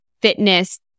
fitness